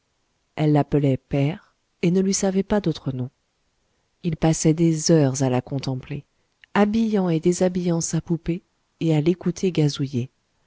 elle l'appelait père et ne lui savait pas d'autre nom il passait des heures à la contempler habillant et déshabillant sa poupée et à l'écouter gazouiller